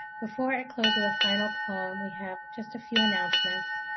before i close with a final poem, we have just a few announcements.